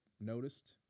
noticed